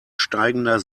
steigender